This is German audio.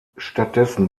stattdessen